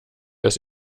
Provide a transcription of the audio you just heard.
das